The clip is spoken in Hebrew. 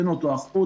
הוצאנו אותו החוצה.